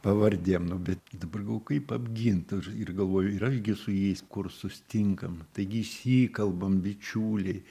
pavardėm nu bet dabar galvoju kaip apgint ir ir galvoju ir aš gi su jais kur susitinkam taigi išsikalbam bičiuliai